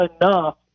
enough